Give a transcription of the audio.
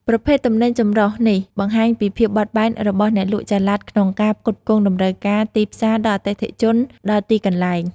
ប្រភេទទំនិញចម្រុះនេះបង្ហាញពីភាពបត់បែនរបស់អ្នកលក់ចល័តក្នុងការផ្គត់ផ្គង់តម្រូវការទីផ្សារដល់អតិថិជនដល់ទីកន្លែង។